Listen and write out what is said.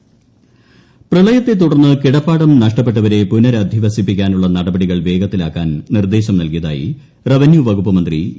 ചന്ദ്രശേഖരൻ പ്രളയത്തെ തുടർന്ന് കിടപ്പാടം നഷ്ടപ്പെട്ടവരെ പുനരധിവസിപ്പിക്കാനുള്ള നടപടികൾ വേഗത്തിലാക്കാൻ നിർദ്ദേശം നൽകിയതായി റവന്യൂ വകുപ്പ് മന്ത്രി ഇ